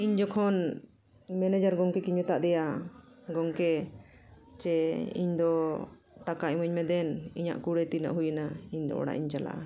ᱤᱧ ᱡᱚᱠᱷᱚᱱ ᱢᱮᱱᱮᱡᱟᱨ ᱜᱚᱝᱠᱮ ᱜᱤᱧ ᱢᱮᱛᱟᱜ ᱫᱮᱭᱟ ᱜᱚᱝᱠᱮ ᱪᱮ ᱤᱧᱫᱚ ᱴᱟᱠᱟ ᱤᱢᱟᱹᱧᱢᱮ ᱫᱮᱱ ᱤᱧᱟᱹᱜ ᱠᱩᱲᱟᱹᱭ ᱛᱤᱱᱟᱹᱜ ᱦᱩᱭᱱᱟ ᱤᱧᱫᱚ ᱚᱲᱟᱜ ᱤᱧ ᱪᱟᱞᱟᱜᱼᱟ